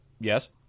Yes